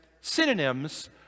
synonyms